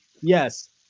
Yes